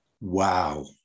Wow